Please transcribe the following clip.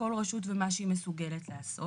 כל רשות ומה שהיא מסוגלת לעשות.